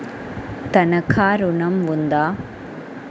తనఖా ఋణం ఉందా?